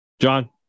John